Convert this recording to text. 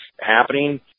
happening